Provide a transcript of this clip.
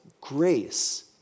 grace